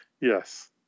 Yes